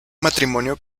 matrimonio